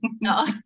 No